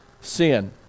sin